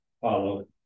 follow